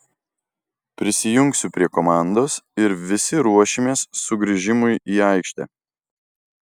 prisijungsiu prie komandos ir visi ruošimės sugrįžimui į aikštę